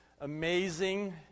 amazing